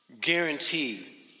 guarantee